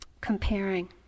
comparing